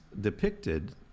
depicted